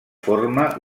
forma